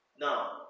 Now